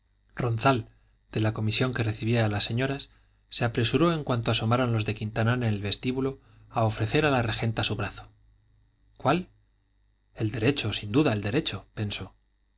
ronzal de la comisión que recibía a las señoras se apresuró en cuanto asomaron los de quintanar en el vestíbulo a ofrecer a la regenta su brazo cuál el derecho sin duda el derecho pensó